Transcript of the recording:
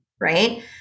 right